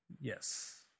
Yes